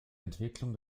entwicklung